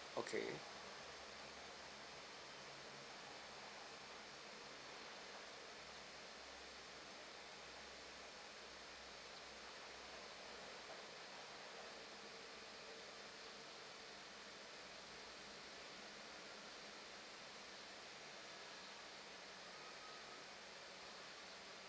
okay